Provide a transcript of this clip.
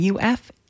UF